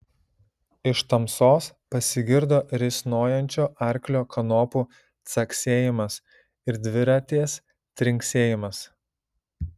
iš tamsos pasigirdo risnojančio arklio kanopų caksėjimas ir dviratės trinksėjimas